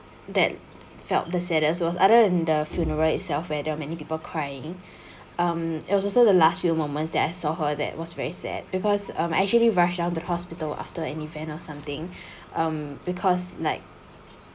that felt the saddest was other than the funeral itself where there were many people crying um it was also the last few moments that I saw her that was very sad because um I actually rush down to the hospital after an event or something um because like